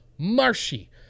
marshy